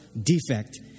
defect